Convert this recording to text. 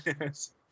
Yes